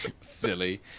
Silly